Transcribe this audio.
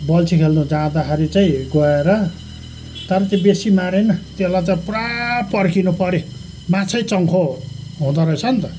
बल्छी खेल्नु जाँदाखेरि चाहिँ गएर तर त्यो बेसी मारेन त्योलाई त पुरा पर्खिनुपऱ्यो माछै चङ्खो हुँदो रहेछ नि त